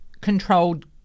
controlled